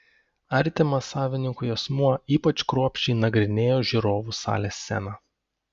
artimas savininkui asmuo ypač kruopščiai nagrinėja žiūrovų salės sceną